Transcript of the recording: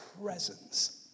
presence